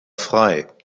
frei